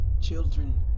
children